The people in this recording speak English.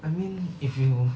I mean if you